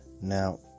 Now